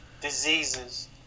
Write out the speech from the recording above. diseases